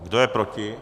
Kdo je proti?